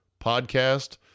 podcast